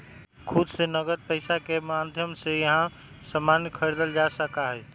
खुद से नकद पैसा के माध्यम से यहां सामान खरीदल जा सका हई